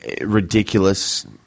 ridiculous